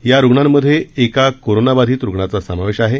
या रुग्णांमध्ये एका कोरोनाबाधित रूग्णाचा समावेश आहे